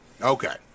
Okay